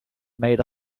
maid